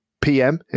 pm